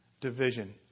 Division